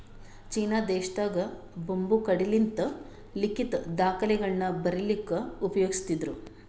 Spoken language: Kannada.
ಚೀನಾ ದೇಶದಾಗ್ ಬಂಬೂ ಕಡ್ಡಿಲಿಂತ್ ಲಿಖಿತ್ ದಾಖಲೆಗಳನ್ನ ಬರಿಲಿಕ್ಕ್ ಉಪಯೋಗಸ್ತಿದ್ರು